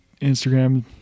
instagram